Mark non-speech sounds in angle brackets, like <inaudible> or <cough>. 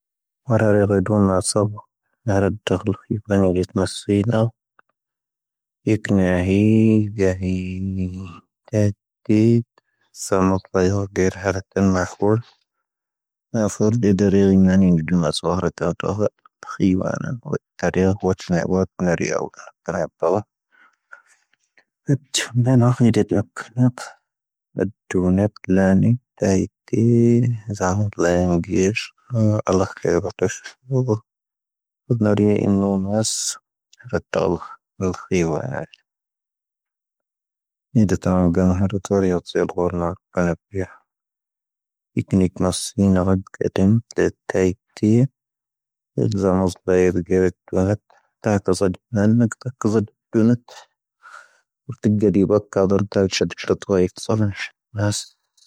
ⴼⴰⵔⴰⵔⴻ ⵔⵉⴷⵓ ⵎⴰ ⴰⵙⵙⴰⴱⴰⵔ ⵏⴰⵔⴰⵔⵉⵜ ⵜⵓ ⵏⴰⵙⵉⵀⵉ ⵏⴰ ⵉⵇⵏⵉ ⵢⴰⵀⵉ <noise> ⵙⴰⵎⵓ ⵢⵓⵇⵏⵏⵉ ⵀⴰⵔⴰⴽⴰⵀ ⵉⵏⵏⴰ ⵎⴰ ⴰⴼⵓⵔ ⵏⴰⴷⴰⵔⵉⵏ <noise> ⵣⴰⵀⴰⵔⴰⵜ ⴰⵍⵍⴰⵀ ⴽⵉⵢⴰⵜ ⵙⵀⵓⵔ ⵉⵏⵏⴰⵍⵉ ⵏⴰⵙ ⴱⴰⵜⵓ ⵓⵀ ⵏⵉⴷⴰⵜⵓ ⵀⴰⵔⴰⵇⴰⵜ ⵢⴰⵙⵉ ⴳⵓⵔⵏⴰ ⵉⵜⵏⵉⴽ ⵎⴰⵙⵙⵉⵏⵉ ⵏⴰⵔⴰⴽ ⴽⴰⴷⵉⵏ ⵀⴰⵜⵜⴰ ⵉⵜⵜⵉⵏ ⵡⴰⵣⴰ ⵏⴰⵇⵏⴰⵇⵢⵉⵜⴰ ⵀⴰⵜⵜⴰ ⵜⴰⵙⴰⴷⴷⴰⵇ ⵀⵉⵜ ⵜⴰⵢⵉⵜ ⵜⴰⵀⵉⵙⵀ ⴽⴰⵏⴰⴷ.